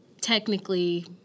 technically